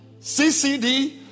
CCD